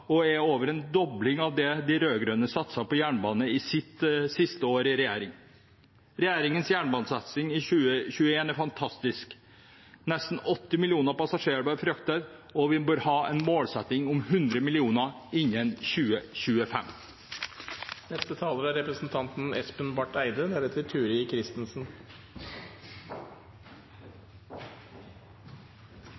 og er over en dobling av det de rød-grønne satset på jernbane i sitt siste år i regjering. Regjeringens jernbanesatsing i 2021 er fantastisk. Nesten 80 millioner passasjerer blir fraktet, og vi bør ha en målsetting om 100 millioner innen 2025. Framtiden er fornybar, sirkulær og bærekraftig. Det er